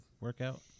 workout